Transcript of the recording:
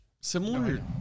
similar